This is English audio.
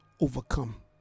overcome